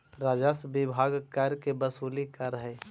राजस्व विभाग कर के वसूली करऽ हई